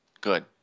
Good